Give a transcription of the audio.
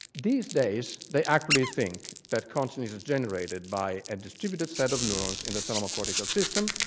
these days, they actually think that consciousness is generated by a distributed set of neurons in the thalamocortical system,